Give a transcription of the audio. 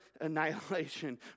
annihilation